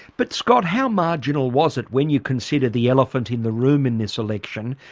but scott, how marginal was it when you consider the elephant in the room in this election,